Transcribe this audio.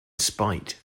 spite